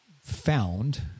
found